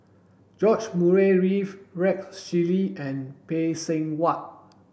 George Murray Reith Rex Shelley and Phay Seng Whatt